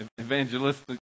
evangelistic